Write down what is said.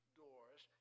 doors